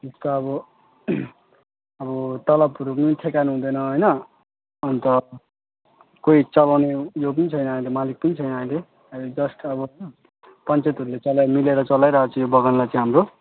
जस्तो अब अब तलबहरू पनि ठेकान हुँदैन होइन अन्त कोही चलाउने उयो पनि छैन अहिले मालिक पनि छैन अहिले अहिले जस्ट अब पञ्चायतहरूले चलाई मिलेर चलाइरहेको छ यो बगानलाई चाहिँ हाम्रो